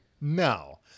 No